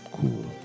Cool